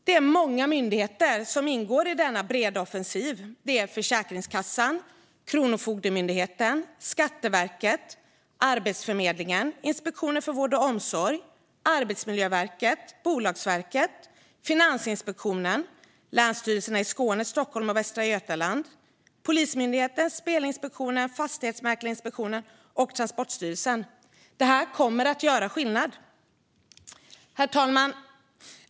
Det är många myndigheter som ingår i denna breda offensiv: Försäkringskassan, Kronofogdemyndigheten, Skatteverket, Arbetsförmedlingen, Inspektionen för vård och omsorg, Arbetsmiljöverket, Bolagsverket, Finansinspektionen, länsstyrelserna i Skåne, Stockholm och Västra Götaland, Polismyndigheten, Spelinspektionen, Fastighetsmäklarinspektionen och Transportstyrelsen. Det här kommer att göra skillnad. Herr talman!